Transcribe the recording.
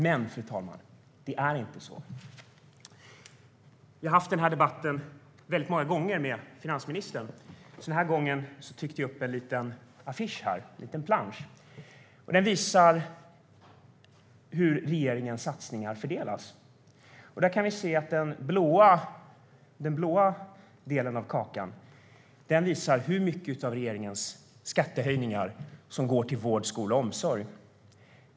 Men, fru talman, det är inte så. Jag har haft den här debatten många gånger med finansministern. Den här gången har jag tryckt upp en liten affisch, en liten plansch. Den visar hur regeringens satsningar fördelas. Den blå delen av kakan visar hur mycket av regeringens skattehöjningar som går till vård, skola och omsorg.